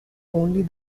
only